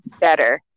better